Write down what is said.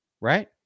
right